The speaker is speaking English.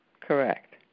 correct